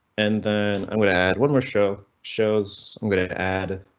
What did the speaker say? and then i'm gonna add one more show shows i'm gonna add.